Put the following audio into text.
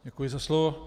Děkuji za slovo.